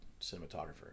cinematographer